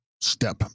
Step